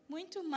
Muito